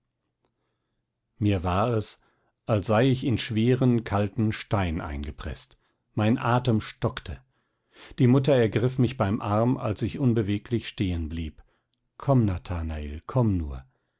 mir war es als sei ich in schweren kalten stein eingepreßt mein atem stockte die mutter ergriff mich beim arm als ich unbeweglich stehen blieb komm nathanael komme nur